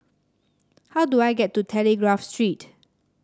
how do I get to Telegraph Street